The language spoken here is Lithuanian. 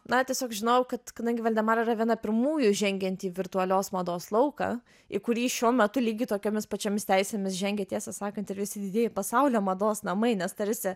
na tiesiog žinojau kad kadangi valdemara yra viena pirmųjų žengianti į virtualios mados lauką į kurį šiuo metu lygiai tokiomis pačiomis teisėmis žengia tiesą sakant ir visi didieji pasaulio mados namai nes tarsi